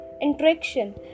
interaction